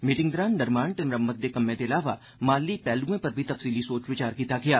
meeting दौरान निर्माण ते मरम्मती दे कम्मै दे इलावा माली पैहल्एं पर बी तफसीली सोच विचार कीता गेया